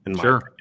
Sure